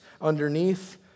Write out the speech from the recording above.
underneath